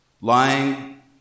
Lying